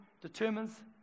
determines